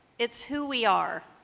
it's who we are,